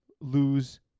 lose